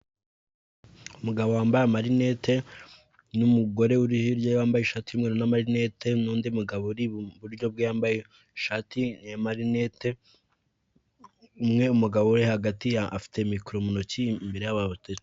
Umugabo wambaye amarinete n'umugore uri hirya wambaye ishati y'umweru n'amanete n'undi mugabo uri iburyo yambaye ishati n'amarinete umwe umugabo uri hagati afite mikoro mu ntoki imbere.